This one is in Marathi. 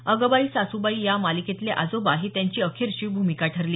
अगंबाई सासुबाई या मालिकेतले आजोबा ही त्यांची अखेरची भूमिका ठरली